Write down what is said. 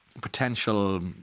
potential